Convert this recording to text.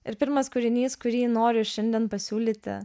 ir pirmas kūrinys kurį noriu šiandien pasiūlyti